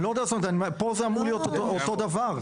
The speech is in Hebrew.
פה זה אמור להיות אותו דבר.